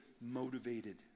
motivated